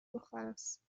دختراست